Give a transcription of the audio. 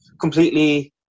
completely